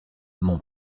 mon